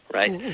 right